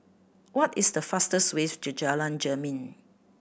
what is the fastest way to Jalan Jermin